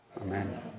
Amen